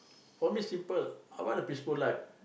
for me simple I want a peaceful life